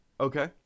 Okay